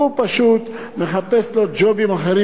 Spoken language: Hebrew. הוא פשוט מחפש לו ג'ובים אחרים,